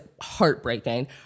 heartbreaking